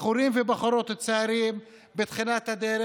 בחורים ובחורות צעירים בתחילת הדרך,